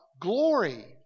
glory